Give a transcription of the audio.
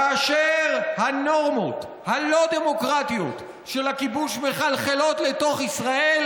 כאשר הנורמות הלא-דמוקרטיות של הכיבוש מחלחלות לתוך ישראל,